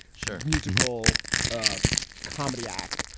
sure. musical ah comedy act.